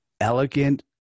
elegant